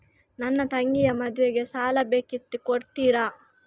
ನನ್ನ ತಂಗಿಯ ಮದ್ವೆಗೆ ಸಾಲ ಬೇಕಿತ್ತು ಕೊಡ್ತೀರಾ?